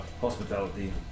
hospitality